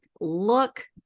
look